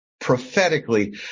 prophetically